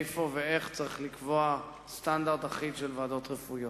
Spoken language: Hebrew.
איפה ואיך צריך לקבוע סטנדרד אחיד של ועדות רפואיות.